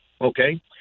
okay